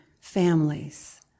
families